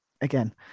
again